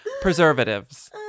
preservatives